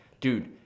Dude